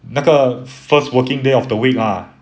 那个 first working day of the week lah